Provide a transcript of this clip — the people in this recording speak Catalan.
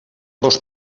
dos